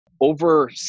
over